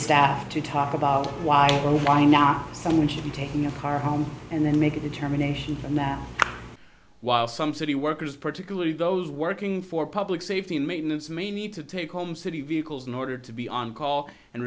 staff to talk about why or why not somebody taking a car home and then make a determination from that while some city workers particularly those working for public safety and maintenance may need to take home city vehicles in order to be on call and